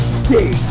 stay